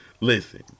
Listen